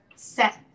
set